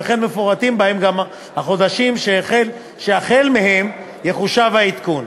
וכן מפורטים בה החודשים שהחל בהם יחושב העדכון.